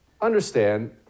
understand